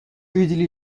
easily